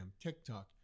TikTok